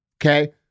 Okay